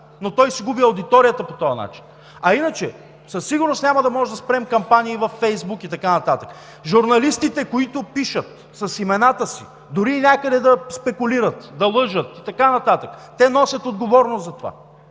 но той си губи аудиторията по този начин. А иначе със сигурност няма да можем да спрем кампании във Фейсбук и така нататък. Журналистите, които пишат с имената си, дори и някъде да спекулират, да лъжат и така нататък, носят отговорност за това.